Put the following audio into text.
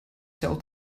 sell